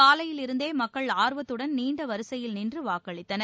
காலையிலிருந்தே மக்கள் ஆர்வத்துடன் நீண்ட வரிசையில் நின்று வாக்களித்தனர்